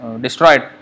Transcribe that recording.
destroyed